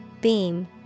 Beam